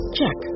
Check